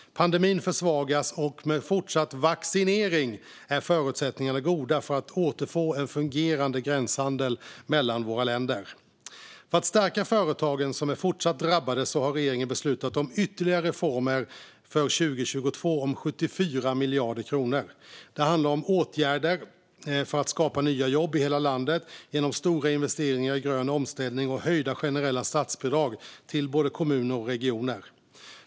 Pandemin försvagas, och med fortsatt vaccinering är förutsättningarna goda för att återfå en fungerande gränshandel mellan våra länder. För att stärka företagen som är fortsatt drabbade har regeringen beslutat om ytterligare reformer för 2022 om 74 miljarder kronor. Det handlar om åtgärder för att skapa nya jobb i hela landet genom stora investeringar i grön omställning och höjda generella statsbidrag till kommuner och regioner.